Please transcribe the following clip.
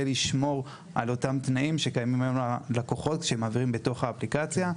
לשמור על אותם תנאים שקיימים היום ללקוחות שמעבירים בתוך האפליקציה.